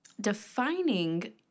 defining